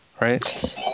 Right